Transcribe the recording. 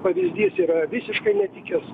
pavyzdys yra visiškai netikęs